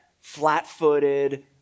flat-footed